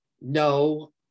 no